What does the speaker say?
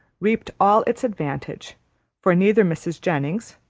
reaped all its advantage for neither mrs. jennings,